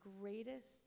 greatest